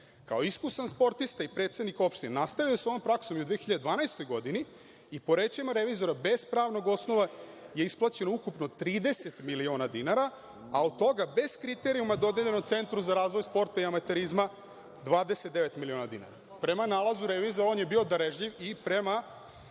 Kao iskusan sportista i predsednik opštine, nastavio je sa ovom praksom i u 2012. godini i, po rečima revizora, bez pravnog osnova je isplaćeno ukupno 30 miliona dinara, a od toga bez kriterijuma dodeljeno Centru za razvoj sporta i amaterizma 29 miliona dinara. Prema nalazu revizora, on je bio darežljiv i prema